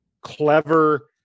clever